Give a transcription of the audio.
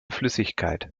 flüssigkeit